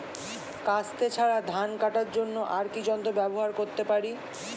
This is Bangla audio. কাস্তে ছাড়া ধান কাটার জন্য আর কি যন্ত্র ব্যবহার করতে পারি?